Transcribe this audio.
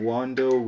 Wando